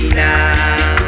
now